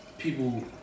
people